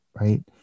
Right